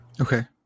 Okay